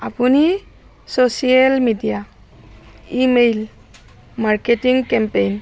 আপুনি social media email marketing campaign